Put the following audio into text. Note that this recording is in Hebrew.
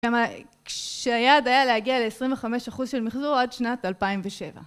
גם כשהיעד היה להגיע ל-25% של מיחזור עד שנת 2007.